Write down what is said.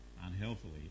unhealthily